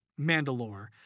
Mandalore